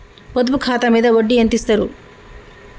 పొదుపు ఖాతా మీద వడ్డీ ఎంతిస్తరు?